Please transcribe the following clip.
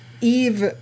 Eve